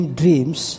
dreams